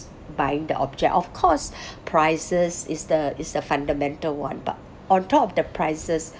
buying the object of course prices is the is the fundamental one but on top of the prices